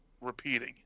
repeating